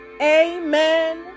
Amen